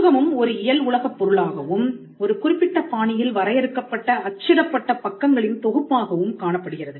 புத்தகமும் ஒரு இயல் உலகப் பொருளாகவும் ஒரு குறிப்பிட்ட பாணியில் வரையறுக்கப்பட்ட அச்சிடப்பட்ட பக்கங்களின் தொகுப்பாகவும் காணப்படுகிறது